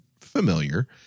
familiar